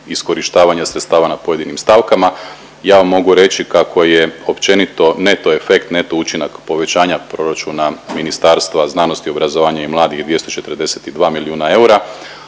iskorištavanja sredstava na pojedinim stavkama. Ja vam mogu reći kako je općenito neto efekt, neto učinak povećanja proračuna Ministarstva znanosti, obrazovanja i mladih 242 milijuna eura,